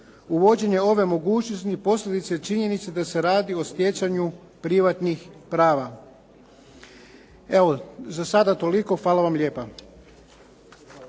Uvođenje ove mogućnosti posljedica je činjenice da se radi o stjecanju privatnih prava. Evo, za sada toliko. Hvala vam lijepa.